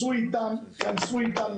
כנסו איתם לדיון.